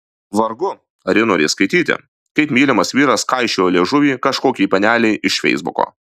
vargu ar ji norės skaityti kaip mylimas vyras kaišiojo liežuvį kažkokiai panelei iš feisbuko